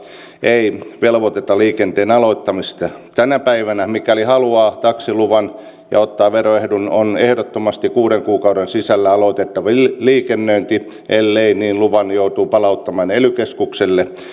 ei velvoiteta liikenteen aloittamista tänä päivänä mikäli haluaa taksiluvan ja ottaa veroedun on ehdottomasti kuuden kuukauden sisällä aloitettava liikennöinti ellei niin luvan joutuu palauttamaan ely keskukselle